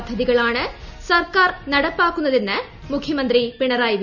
പദ്ധതികളാണ് സർക്കാർ നടപ്പാക്കുന്നതെന്ന് മുഖ്യമന്തി പിണറായി വിജയൻ